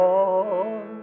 on